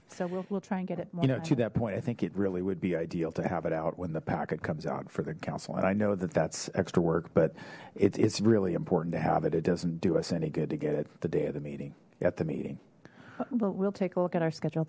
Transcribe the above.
so we'll try and get it you know to that point i think it really would be ideal to have it out when the packet comes out for the council and i know that that's extra work but it's really important to have it it doesn't do us any good to get it the day of the meeting at the meeting but we'll take a look at our schedule